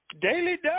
Daily